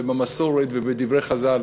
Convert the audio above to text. ובמסורת ובדברי חז"ל.